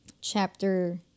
chapter